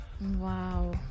Wow